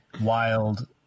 wild